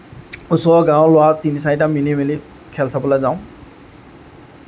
ওচৰৰ গাঁৱৰ ল'ৰা তিনি চাৰিটা মিলি মিলি খেল চাবলৈ যাওঁ